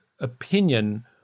opinion